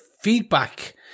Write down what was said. feedback